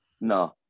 no